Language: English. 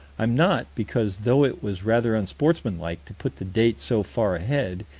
i'm not, because, though it was rather unsportsmanlike to put the date so far ahead,